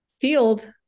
field